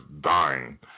dying